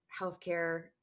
healthcare